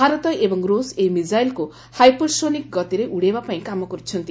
ଭାରତ ଏବଂ ଋଣ ଏହି ମିଶାଇଲକୁ ହାଇପରସୋନିକ୍ ଗତିରେ ଉଡାଇବା ପାଇଁ କାମ କରୁଛନ୍ତି